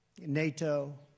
NATO